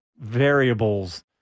variables